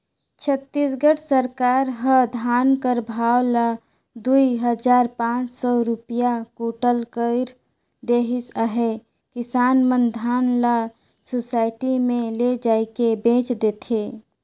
छत्तीसगढ़ सरकार ह धान कर भाव ल दुई हजार पाच सव रूपिया कुटल कइर देहिस अहे किसान मन धान ल सुसइटी मे लेइजके बेच देथे